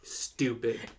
Stupid